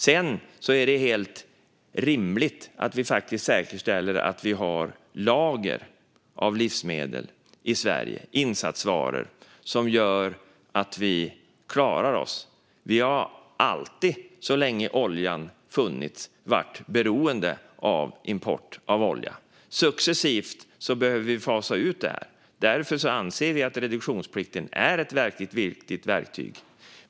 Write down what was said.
Sedan är det helt rimligt att vi faktiskt säkerställer att vi har lager av livsmedel i Sverige, insatsvaror, som gör att vi klarar oss. Vi har alltid, så länge oljan funnits, varit beroende av import av olja. Successivt behöver vi fasa ut det. Därför anser vi att reduktionsplikten är ett viktigt verktyg.